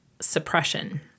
suppression